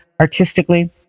artistically